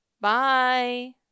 Bye